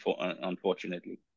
unfortunately